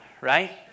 right